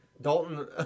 Dalton